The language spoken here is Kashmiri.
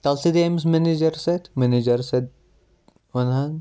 تَلسا دِ أمِس میٚنیجَرَس اَتھِ میٚنیجَرس اَتھ وَنہٕ ہا